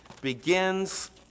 begins